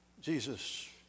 Jesus